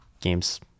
games